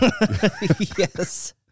Yes